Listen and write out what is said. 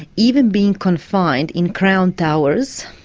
even being confined in crown towers,